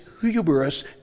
hubris